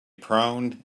prone